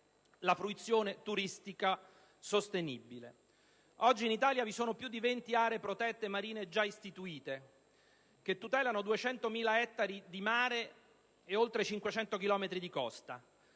la fruizione turistica sostenibile di queste aree. Oggi in Italia vi sono più di 20 aree protette marine già istituite, che tutelano 200.000 ettari di mare e oltre 500 chilometri di costa.